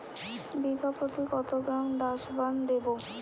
বিঘাপ্রতি কত গ্রাম ডাসবার্ন দেবো?